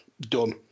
Done